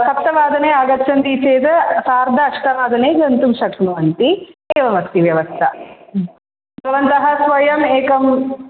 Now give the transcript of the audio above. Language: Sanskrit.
सप्तवादने आगच्छन्ति चेद् सार्ध अष्टवादने गन्तुं शक्नुवन्ति एवमस्ति व्यवस्था भवन्तः स्वयम् एकम्